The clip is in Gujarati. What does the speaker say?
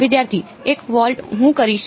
વિદ્યાર્થી 1 વોલ્ટ હું કરીશ